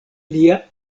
lia